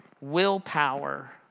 Willpower